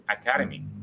academy